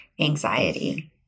anxiety